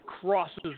crosses